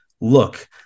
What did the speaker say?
look